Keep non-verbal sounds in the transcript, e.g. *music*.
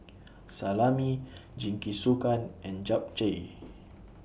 *noise* Salami Jingisukan and Japchae *noise*